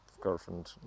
girlfriend